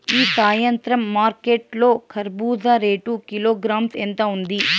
ఈ సాయంత్రం మార్కెట్ లో కర్బూజ రేటు కిలోగ్రామ్స్ ఎంత ఉంది?